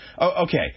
Okay